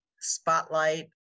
spotlight